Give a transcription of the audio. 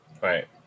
Right